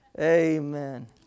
Amen